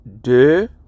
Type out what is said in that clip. de